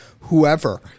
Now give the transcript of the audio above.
whoever